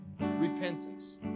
repentance